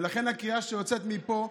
ולכן הקריאה שיוצאת מפה,